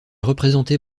représenté